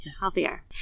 healthier